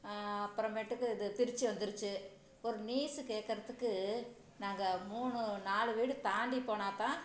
அப்புறமேட்டுக்கு இது ஃப்ரிட்ஜு வந்துருச்சு ஒரு நியூஸு கேட்கறதுக்கு நாங்கள் மூணு நாலு வீடு தாண்டி போனால்தான்